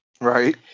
Right